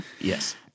Yes